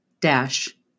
dash